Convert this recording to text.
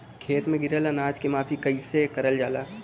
खेत में गिरल अनाज के माफ़ी कईसे करल जाला?